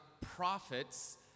prophets